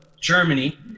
Germany